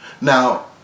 Now